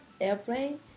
airplane